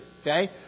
Okay